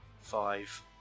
five